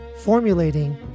formulating